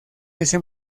ese